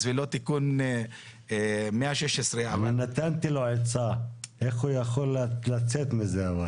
ולא תיקון 116. אני נתתי לו עצה איך הוא יכול לצאת מזה אבל.